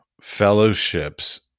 fellowships